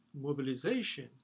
mobilization